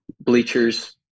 Bleachers